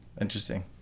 interesting